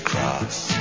cross